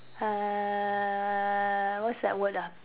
uh what's that word ah